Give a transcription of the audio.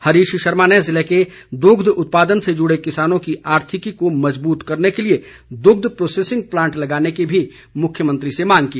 हरीश शर्मा ने जिले के दुग्ध उत्पादन से जुड़े किसानों की आर्थिकी को मजबूत करने के लिए दग्ध प्रौसेसिंग प्लांट लगाने की भी मुख्यमंत्री से मांग की